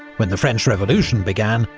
when the french revolution began,